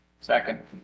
Second